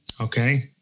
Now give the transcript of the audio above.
Okay